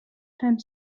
time